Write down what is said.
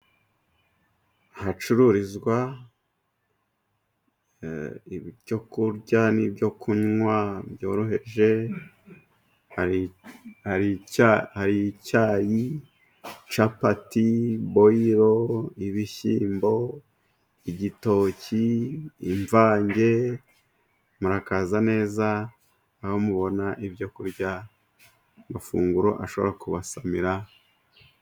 Ahacururizwa ibyokurya n'ibyo kunywa byoroheje; hari icyayi, capati, boyiro, ibishyimbo, igitoki, imvange. Murakaza neza. Aho mubona ibyo kurya, amafunguro ashobora kubasamira.